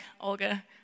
Olga